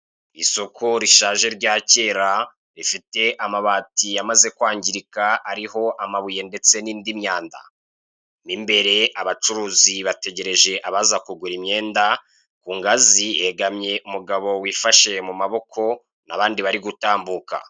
Isoko rishaje rya kera rifite amabati yamaze kwangirika ariho amabuye ndetse nindi myanda mimbere abacuruzi bategereje abaza kugura imyenda kungazi hegamye umugabo wifashe mumaboko abandi bari gutambuka.